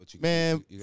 man